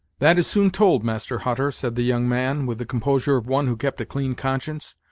that is soon told, master hutter, said the young man, with the composure of one who kept a clean conscience.